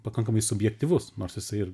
pakankamai subjektyvus nors jisai ir